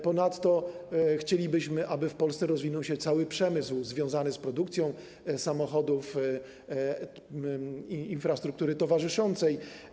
Ponadto chcielibyśmy, aby w Polsce rozwinął się cały przemysł związany z produkcją samochodów i infrastruktury towarzyszącej.